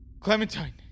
Clementine